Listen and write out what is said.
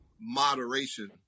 moderation